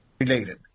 related